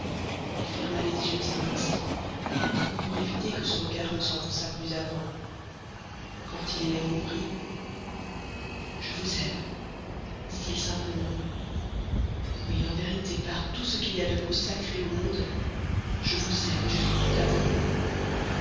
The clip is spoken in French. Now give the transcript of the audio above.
il ferma les yeux un instant comme pour éviter que ce regard ne s'enfonçât plus avant quand il les rouvrit je vous aime dit-il simplement oui en vérité par tout ce qu'il y a de plus sacré au monde je vous aime et je suis tout à vous